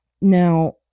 now